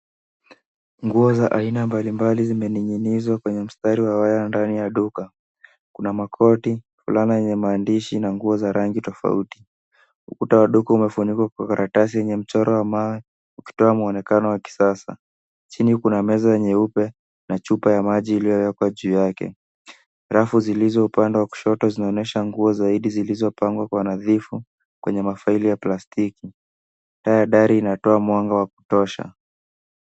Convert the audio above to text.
Nguo za aina mbalimbali zimening'inizwa kwenye mstari wa waya ndani ya duka. Kuna makoti, fulana yenye maandishi na nguo za rangi tofauti. Ukuta wa duka umefunikwa kwa karatasi yenye mchoro wa mawe, ukitoa muonekano wa kisasa. Chini kuna meza nyeupe na chupa ya maji iliyowekwa juu yake. Rafu zilizo upande wa kushoto zinaonyesha nguo zaidi zilizopangwa kwa nadhifu kwenye mafaili ya plastiki. Taa ya dari inatoa mwanga wa kutosha.